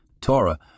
Torah